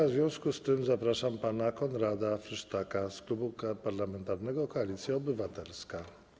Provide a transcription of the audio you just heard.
W związku z tym zapraszam pana Konrada Frysztaka z Klubu Parlamentarnego Koalicja Obywatelska.